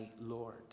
Lord